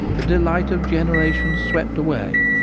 the delight of generations swept away,